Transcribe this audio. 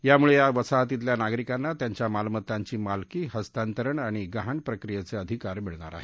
त्यामुळे या वसाहतीतल्या नागरिकांना त्यांच्या मालमत्तांची मालकी हस्तांतरण आणि गहाण प्रक्रियेचे अधिकार मिळणार आहेत